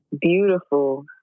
beautiful